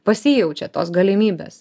pasijaučia tos galimybės